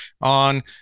on